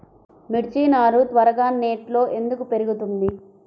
మిర్చి నారు త్వరగా నెట్లో ఎందుకు పెరుగుతుంది?